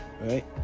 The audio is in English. right